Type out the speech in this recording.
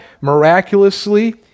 miraculously